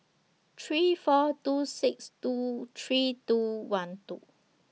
three four two six two three two one two